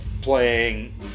playing